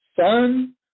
son